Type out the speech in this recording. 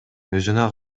өзүнө